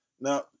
Now